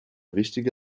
wichtige